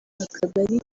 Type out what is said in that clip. akagari